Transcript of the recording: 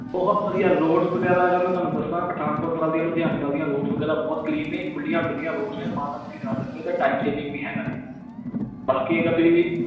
ਬਹੁਤ ਵਧੀਆ ਰੋਡਸ ਵਗੈਰਾ ਅਗਰ ਮੈਂ ਤੁਹਾਨੂੰ ਦੱਸਾਂ ਪਠਾਨਕੋਟ ਵੱਲ ਦੀਆਂ ਲੁਧਿਆਣੇ ਵੱਲ ਦੀਆਂ ਰੋਡਜ਼ ਵਗੈਰਾ ਬਹੁਤ ਕਲੀਨ ਨੇ ਖੁੱਲ੍ਹੀਆਂ ਡੁੱਲੀਆਂ ਰੋਡਸ ਨੇ ਰਮਾਨ ਨਾਲ ਤੁਸੀਂ ਜਾ ਸਕਦੇ ਹੋ ਅਤੇ ਟਾਈਮ ਸੇਵਿੰਗ ਵੀ ਹੈਗਾ ਜੀ ਬਾਕੀ ਅਗਰ ਤੁਸੀਂ